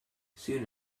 soon